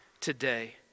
today